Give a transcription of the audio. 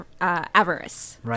avarice